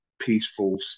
peaceful